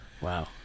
Wow